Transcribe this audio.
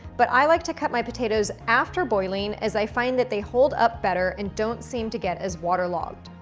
but i like to cut my potatoes after boiling, as i find that they hold up better and don't seem to get as waterlogged.